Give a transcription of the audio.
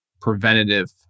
preventative